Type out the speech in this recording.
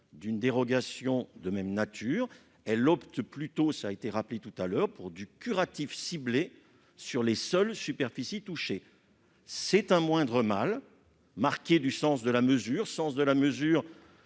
une dérogation de même nature. Elle opte plutôt- cela a été rappelé -pour du curatif ciblé sur les seules superficies touchées. C'est un moindre mal marqué du sens de la mesure auquel appelait